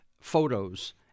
photos